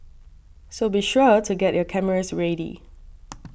so be sure to get your cameras ready